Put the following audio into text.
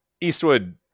Eastwood